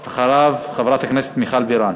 ואחריו, חברת הכנסת מיכל בירן.